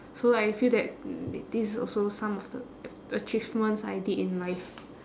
so I feel that th~ these also some of the achievements I did in life